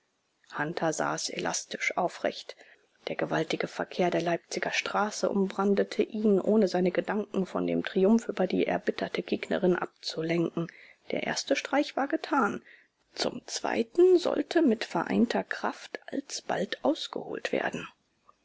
hunter saß elastisch aufrecht der gewaltige verkehr der leipziger straße umbrandete ihn ohne seine gedanken von dem triumph über die erbitterte gegnerin abzulenken der erste streich war getan zum zweiten sollte mit vereinter kraft alsbald ausgeholt werden